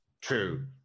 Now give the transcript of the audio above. true